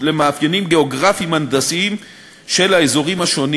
למאפיינים גיאוגרפיים-הנדסיים של האזורים השונים,